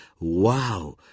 Wow